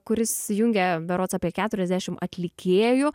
kuris jungia berods apie keturiasdešim atlikėjų